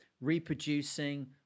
reproducing